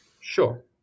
Sure